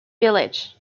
village